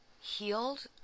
healed